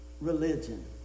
religion